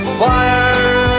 fire